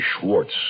Schwartz